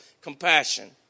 Compassion